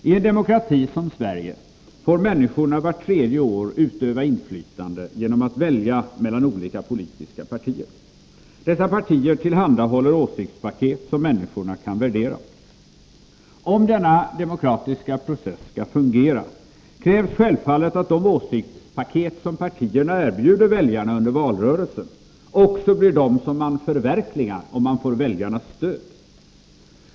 I en demokrati som Sverige får människorna vart tredje år utöva inflytande genom att välja mellan olika politiska partier. Dessa partier tillhandahåller åsiktspaket som människorna kan värdera. Om denna demokratiska process skall fungera krävs självfallet att de åsiktspaket som partierna erbjuder väljarna under valrörelsen också är de som man förverkligar om man får väljarnas stöd.